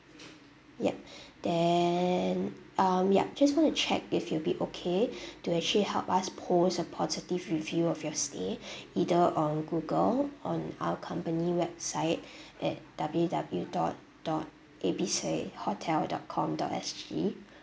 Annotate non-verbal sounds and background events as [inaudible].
yup [breath] then um yup just want to check if you'll be okay [breath] to actually help us post a positive review of your stay [breath] either on Google on our company website [breath] at W W dot dot A B C hotel dot com dot S G